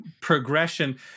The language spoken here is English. progression